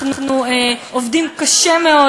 אנחנו עובדים קשה מאוד.